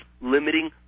limiting